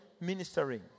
ministering